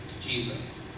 Jesus